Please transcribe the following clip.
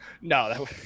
No